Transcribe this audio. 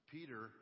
Peter